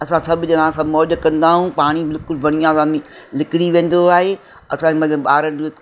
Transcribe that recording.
असां सभु ॼणा सभु मौज कंदा आहियूं पाणी बिल्कुलु बढ़िया सां निक निकरी वेंदो आहे असां मतिलबु ॿार